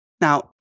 Now